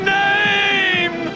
name